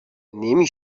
نمی